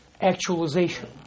actualization